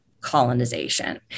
colonization